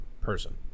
person